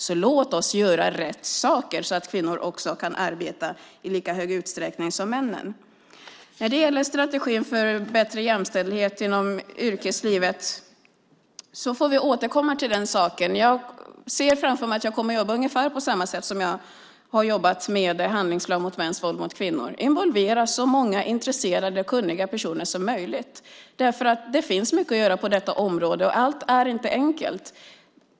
Så låt oss göra rätt saker så att kvinnor kan arbeta i lika stor utsträckning som männen! När det gäller strategin för bättre jämställdhet inom yrkeslivet får vi återkomma till den saken. Jag ser framför mig att jag kommer att jobba ungefär på samma sätt som jag har jobbat med handlingsplanen mot mäns våld mot kvinnor. Jag kommer att involvera så många intresserade och kunniga personer som möjligt. Det finns mycket att göra på det området. Allt är inte enkelt.